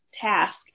task